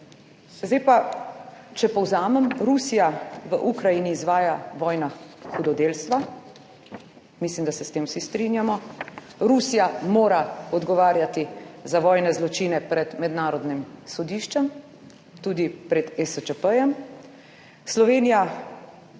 Zdaj pa, če povzamem. Rusija v Ukrajini izvaja vojna hudodelstva, mislim, da se s tem vsi strinjamo. Rusija mora odgovarjati za vojne zločine pred mednarodnim sodiščem, tudi pred ESČP-jem. Slovenija